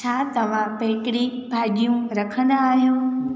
छा तव्हां बेकरी भाजि॒यूं रखंदा आहियो